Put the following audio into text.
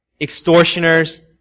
extortioners